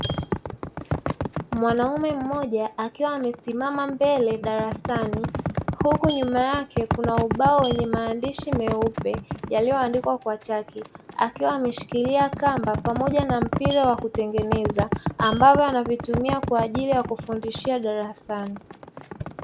Mwanaume mmoja akiwa amesimama mbele darasani huku nyuma yake kukiwa na ubao wenye maandishi meupe yaliyoandikwa kwa chaki. Akiwa ameshikilia kamba Pamoja na mpira wa kutengeneza ambavyo anavitumia kwa ajili ya kufundishia darasani.